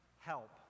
help